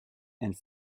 and